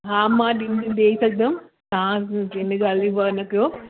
हा मा ॾ ॾेई सघंदमि हा हिन ॻाल्हि जी हुअ न कयो